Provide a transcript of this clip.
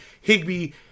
Higby